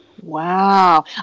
Wow